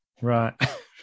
Right